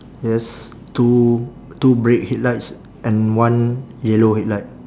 yes two two brake headlights and one yellow headlight